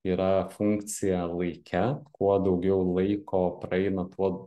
yra funkcija laike kuo daugiau laiko praeina tuo